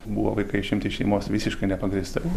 buvo vaikai išimti iš šeimos visiškai nepagrįstai